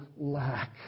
lack